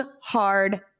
hard